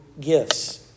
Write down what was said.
gifts